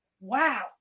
wow